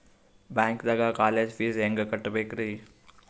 ಬ್ಯಾಂಕ್ದಾಗ college fees ಹೆಂಗ್ ಕಟ್ಟ್ಬೇಕ್ರಿ?